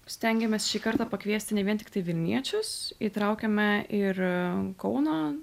stengiamės šį kartą pakviesti ne vien tiktai vilniečius įtraukiame ir kauno